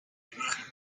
imagen